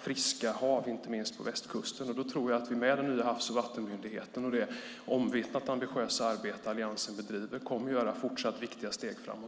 friska hav inte minst på västkusten. Med den nya havs och vattenmyndigheten och det omvittnat ambitiösa arbete Alliansen bedriver kommer vi att göra viktiga steg framåt.